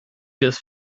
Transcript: just